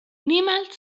nimelt